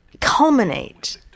culminate